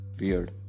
Weird